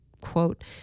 quote